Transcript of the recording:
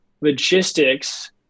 logistics